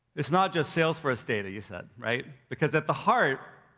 it's not just salesforce data you said, right? because at the heart,